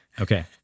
Okay